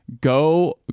go